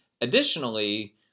Additionally